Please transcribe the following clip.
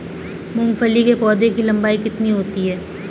मूंगफली के पौधे की लंबाई कितनी होती है?